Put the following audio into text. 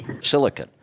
silicon